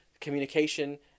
communication